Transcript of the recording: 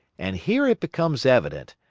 and here it becomes evident,